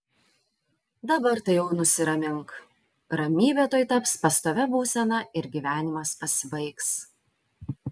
dabar tai jau nusiramink ramybė tuoj taps pastovia būsena ir gyvenimas pasibaigs